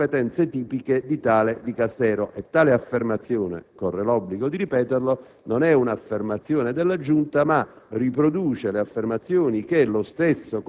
anche rispetto allo svolgimento di competenze tipiche di tale Dicastero. Tale affermazione, corre l'obbligo di ripeterlo, non è della Giunta, ma